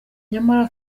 nyamara